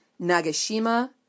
Nagashima